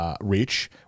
Reach